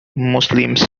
muslims